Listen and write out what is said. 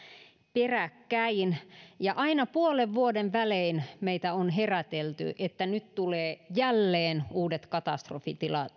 peräkkäin aina puolen vuoden välein meitä on herätelty että nyt tulee jälleen uudet katastrofitilastot